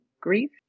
grief